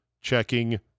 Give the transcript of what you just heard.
Checking